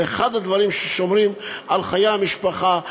זה אחד הדברים ששומרים על חיי המשפחה,